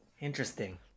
Interesting